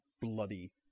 bloody